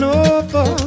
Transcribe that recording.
over